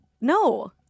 No